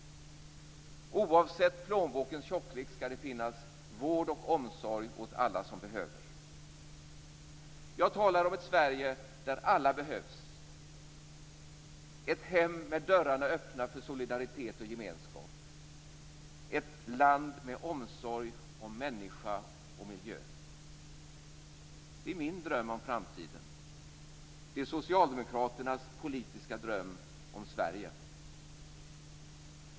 Oavsett plånbokens tjocklek skall det finnas vård och omsorg åt alla som behöver. Jag talar om ett Sverige där alla behövs, ett hem med dörrarna öppna för solidaritet och gemenskap, ett land med omsorg om människa och miljö. Det är min dröm om framtiden. Det är Socialdemokraternas politiska dröm om Sverige.